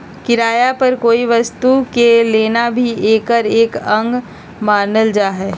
किराया पर कोई वस्तु के लेना भी एकर एक अंग मानल जाहई